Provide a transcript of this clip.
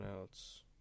else